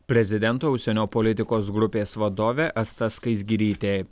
prezidento užsienio politikos grupės vadovė asta skaisgirytė